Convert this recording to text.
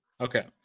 Okay